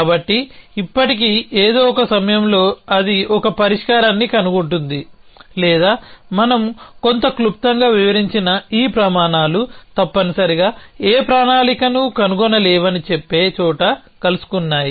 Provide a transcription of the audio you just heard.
కాబట్టి ఇప్పటికీ ఏదో ఒక సమయంలో అది ఒక పరిష్కారాన్ని కనుగొంటుంది లేదా మనం కొంత క్లుప్తంగా వివరించిన ఈ ప్రమాణాలు తప్పనిసరిగా ఏ ప్రణాళికను కనుగొనలేవని చెప్పే చోట కలుసుకున్నాయి